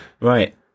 Right